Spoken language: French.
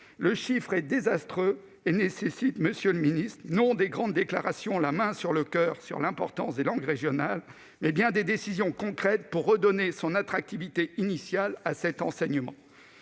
Ce chiffre est désastreux et nécessite, monsieur le ministre, non pas de grandes déclarations la main sur le coeur sur l'importance des langues régionales, mais bien des décisions concrètes pour redonner son attractivité initiale à cet enseignement.